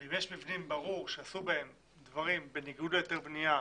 אם יש מבנים שברור שעשו בהם דברים בניגוד להיתר הבניה,